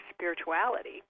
spirituality